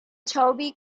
toby